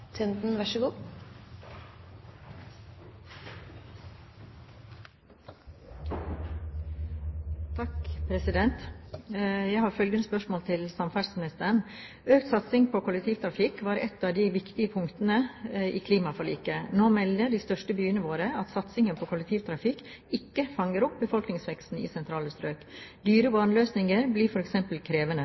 samferdselsministeren: «Økt satsing på kollektivtrafikk var et av de viktige punktene i klimaforliket. Nå melder de største byene våre at satsingen på kollektivtrafikk ikke fanger opp befolkningsveksten i sentrale strøk. Dyre baneløsninger blir for eksempel krevende.